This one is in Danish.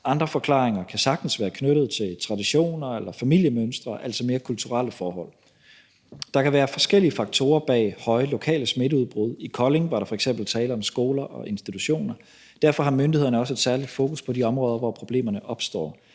andre forklaringer kan sagtens være knyttet til traditioner eller familiemønstre, altså mere kulturelle forhold. Der kan være forskellige faktorer bag høje lokale smitteudbrud. I Kolding var der f.eks. tale om skoler og institutioner. Derfor har myndighederne også et særligt fokus på de områder, hvor problemerne opstår.